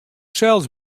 sels